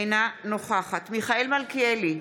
אינה נוכחת מיכאל מלכיאלי,